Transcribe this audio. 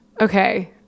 okay